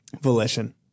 volition